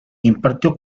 impartió